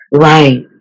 Right